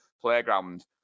playground